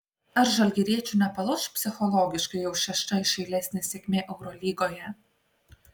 ar žalgiriečių nepalauš psichologiškai jau šešta iš eilės nesėkmė eurolygoje